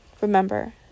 Remember